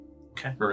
Okay